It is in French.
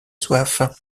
soif